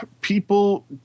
people